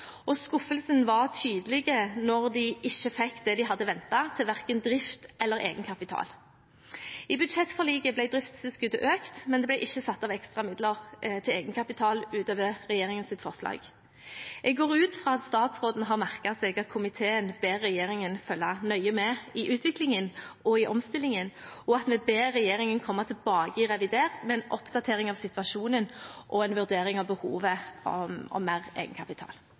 Skuffelsen var tydelig da de ikke fikk det de hadde ventet verken til drift eller egenkapital. I budsjettforliket ble driftstilskuddet økt, men det ble ikke satt av ekstra midler til egenkapital utover regjeringens forslag. Jeg går ut fra at statsråden har merket seg at komiteen ber regjeringen følge nøye med i utviklingen og i omstillingen, og at vi ber regjeringen komme tilbake i revidert med en oppdatering av situasjonen og en vurdering av behovet for mer egenkapital.